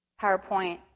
PowerPoint